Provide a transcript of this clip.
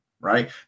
Right